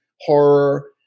horror